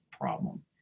problem